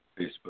Facebook